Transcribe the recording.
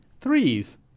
Threes